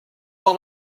par